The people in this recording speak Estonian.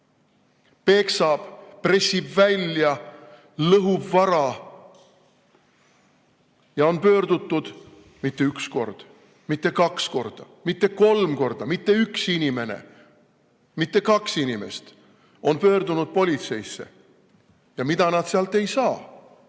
Peksab, pressib välja, lõhub vara. Ja on pöördutud politseisse mitte üks kord, mitte kaks korda, mitte kolm korda, ja mitte üks inimene, mitte kaks inimest on pöördunud politseisse. Ja mida nad sealt ei saa?